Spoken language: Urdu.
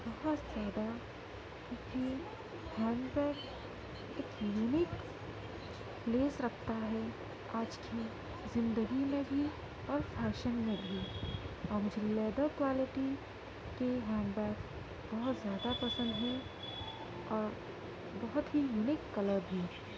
بہت زیادہ کیونکہ ہینڈ بیگ ایک یونیک پلیس رکھتا ہے آج کی زندگی میں بھی اور فیشن میں بھی اور مجھے لیدر کوالٹی کے ہینڈ بیگ بہت زیادہ پسند ہیں اور بہت ہی یونیک کلر بھی